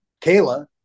Kayla